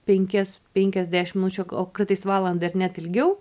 penkias penkiasdešim minučių o kartais valandą ar net ilgiau